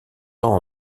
temps